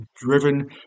driven